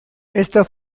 esta